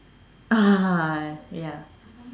ah ya